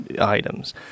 items